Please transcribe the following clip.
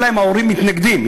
אלא אם ההורים מתנגדים.